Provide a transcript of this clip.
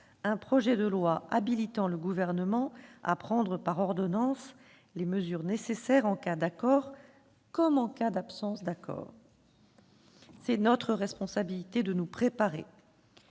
un projet de loi habilitant le Gouvernement à prendre par ordonnances les mesures nécessaires en cas d'accord comme en cas d'absence d'accord. Il est de notre responsabilité de nous y préparer.